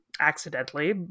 accidentally